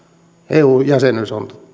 eu jäsenyys on